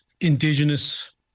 Indigenous